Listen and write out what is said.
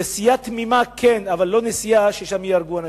נסיעה תמימה כן, אבל לא נסיעה ששם ייהרגו אנשים.